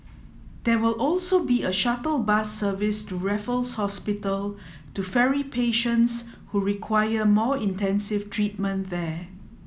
there will also be a shuttle bus service to Raffles Hospital to ferry patients who require more intensive treatment there